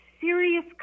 serious